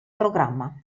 programma